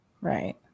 Right